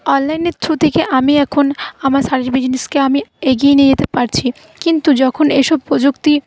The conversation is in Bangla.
অনলাইনের থ্রু থেকে আমি এখন আমার শাড়ির বিজনেসকে আমি এগিয়ে নিয়ে যেতে পারছি কিন্তু যখন এসব প্রযুক্তি